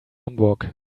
hamburg